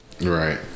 right